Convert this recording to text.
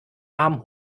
arm